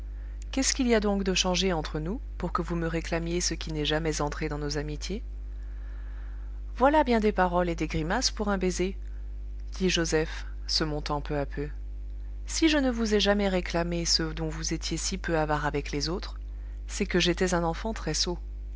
qu'est-ce qu'il y a donc de changé entre nous pour que vous me réclamiez ce qui n'est jamais entré dans nos amitiés voilà bien des paroles et des grimaces pour un baiser dit joseph se montant peu à peu si je ne vous ai jamais réclamé ce dont vous étiez si peu avare avec les autres c'est que j'étais un enfant